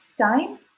time